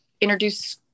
introduce